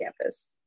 campus